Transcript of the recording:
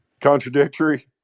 contradictory